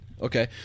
Okay